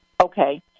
Okay